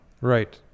right